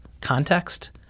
context